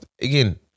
again